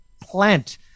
plant